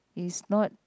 is not